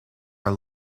are